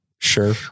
Sure